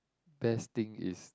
best thing is